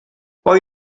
hoy